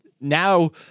now